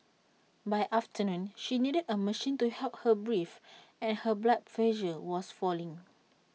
by afternoon she needed A machine to help her breathe and her blood pressure was falling